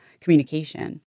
communication